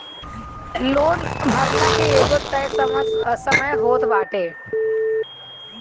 loan भरला के एगो तय समय होत बाटे